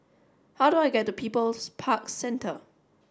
how do I get to People's Park Centre